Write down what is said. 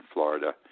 Florida